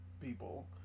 people